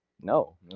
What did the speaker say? no